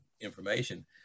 information